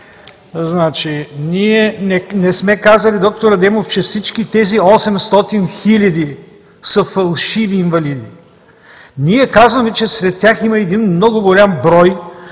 Ние не сме казали, д-р Адемов, че всички тези 800 хиляди са фалшиви инвалиди. Ние казваме, че сред тях има един много голям брой,